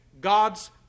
God's